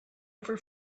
ever